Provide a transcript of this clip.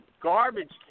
garbage